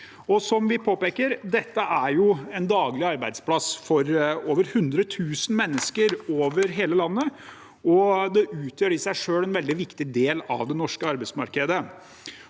Som vi påpeker, er dette en daglig arbeidsplass for over 100 000 mennesker over hele landet, og det utgjør i seg selv en veldig viktig del av det norske arbeidsmarkedet.